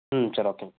ம் சரி ஓகேங்க